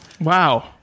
Wow